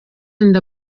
inda